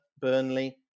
Burnley